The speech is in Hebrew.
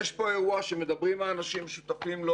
יש פה אירוע שמדברים האנשים השותפים לו